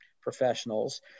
professionals